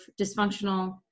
dysfunctional